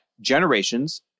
generations